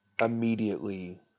immediately